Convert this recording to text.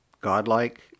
God-like